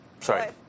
Sorry